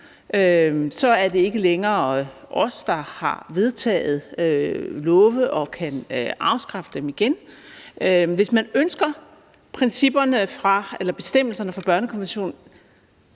Så er det ikke længere os, der har vedtaget love og kan afskaffe dem igen. Hvis man ønsker, at bestemmelserne fra børnekonventionen